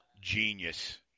genius